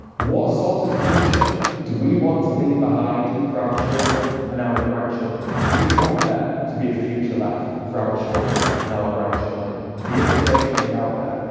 what sort of future do we want to leave behind for our children and our grandchildren? do we want there to be a future left for our children and our grandchildren? the information is out there.